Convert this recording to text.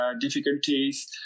difficulties